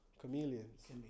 chameleons